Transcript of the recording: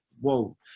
whoa